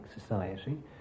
society